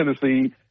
Tennessee